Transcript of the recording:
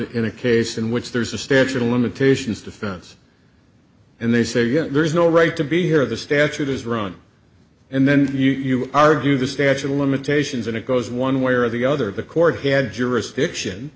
in a case in which there's a statute of limitations defense and they say yes there's no right to be here the statute has run and then you argue the statute of limitations and it goes one way or the other the court had jurisdiction